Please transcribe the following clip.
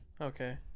Okay